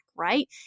right